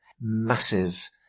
massive